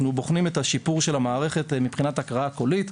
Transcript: בוחנים את השיפור של המערכת מבחינת הקראה קולית,